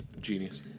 Genius